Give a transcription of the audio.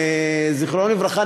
זכרו לברכה,